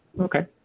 okay